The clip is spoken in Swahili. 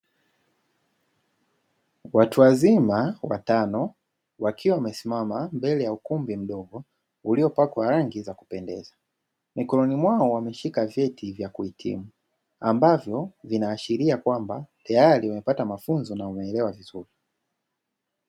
Watu wazima watano wakiwa wamesimama mbele ya ukumbi mdogo uliopakwa rangi za kupendeza, mikononi mwao wameshika vyeti vya kuhitimu ambavyo vinaashiria kwamba tayari wamepata mafunzo na wameelewa vizuri.